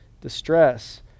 distress